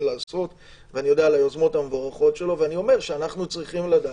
לעשות ואני יודע על היוזמות המבורכות שלו ואני אומר שאנחנו צריכים לדעת,